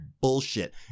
bullshit